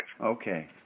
Okay